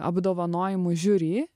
apdovanojimų žiuri